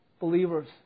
believers